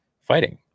fighting